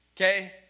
Okay